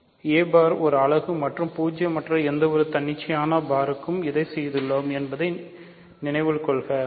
a bar ஒரு அலகு மற்றும் பூஜ்ஜியமற்ற எந்தவொரு தன்னிச்சையான பாருக்கும் இதைச் செய்துள்ளோம் என்பதை நினைவில் கொள்க